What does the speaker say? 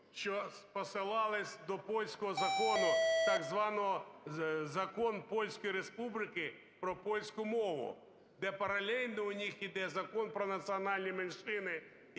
що посилалися до польського закону, так званий Закон Польської Республіки про польську мову, де паралельно у них іде Закон про національні меншини